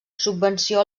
subvenció